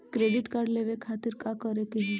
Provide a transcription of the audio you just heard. Credit card लेवे खातिर का करे के होई?